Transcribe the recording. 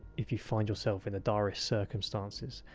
if you find yourself in the direst circumstances,